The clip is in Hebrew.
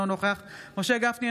אינו נוכח משה גפני,